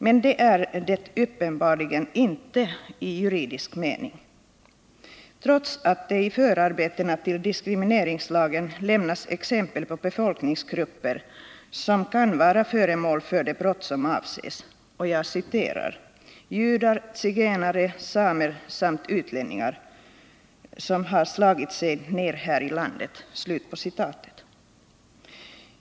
Men det är det uppenbarligen inte i juridisk mening, trots att det i förarbetena till rasdiskrimineringslagen lämnas exempel på befolkningsgrupper som kan vara föremål för de brott som avses, nämligen ”judar, zigenare, samer samt utlänningar som har slagit sig ned här i landet”.